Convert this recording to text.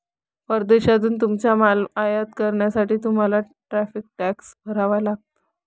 परदेशातून तुमचा माल आयात करण्यासाठी तुम्हाला टॅरिफ टॅक्स भरावा लागतो